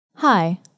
Hi